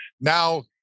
now